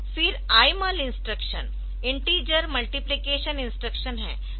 फिर IMUL instruction integer multiplication instruction है